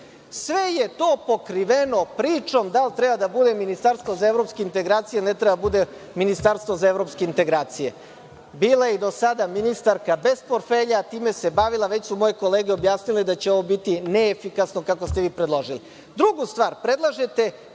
Sve je to pokriveno pričom da li treba da bude ministarstvo za evropske integracije ili ne treba da bude ministarstvo za evropske integracije. Bila je i do sada ministarka bez portfelja, time se bavila i već su moje kolege objasnile da će ovo biti neefikasno, kako ste vi predložili. Druga